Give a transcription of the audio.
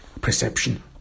perception